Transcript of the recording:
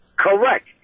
Correct